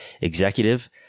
executive